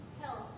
Health